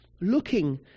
Looking